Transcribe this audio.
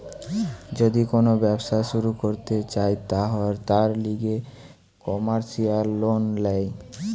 যদি কোন ব্যবসা শুরু করতে চায়, তার লিগে কমার্সিয়াল লোন ল্যায়